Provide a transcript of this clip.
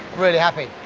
really happy.